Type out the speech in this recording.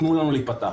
תנו לנו להיפתח.